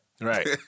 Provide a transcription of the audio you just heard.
Right